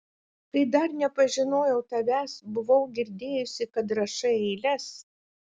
kai dar nepažinojau tavęs buvau girdėjusi kad rašai eiles